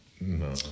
No